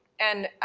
and,